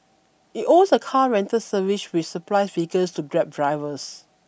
it owns a car rental service which supplies vehicles to Grab drivers